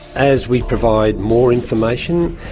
as we provide more information,